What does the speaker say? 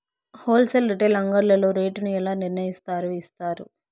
Whole sale retail అంగడ్లలో rate ను ఎలా నిర్ణయిస్తారు యిస్తారు?